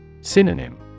Synonym